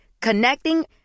Connecting